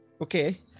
Okay